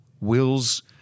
Will's